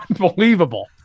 unbelievable